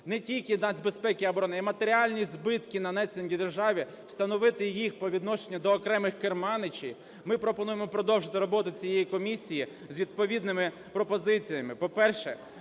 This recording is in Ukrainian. не тільки нацбезпеки і оборони, а і матеріальні збитки, нанесені державі, встановити їх по відношенню до окремих керманичів, ми пропонуємо продовжити роботу цієї комісії з відповідними пропозиціями.